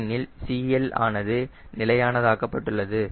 ஏனெனில் CL ஆனது நிலையானதாக்கப்பட்டுள்ளது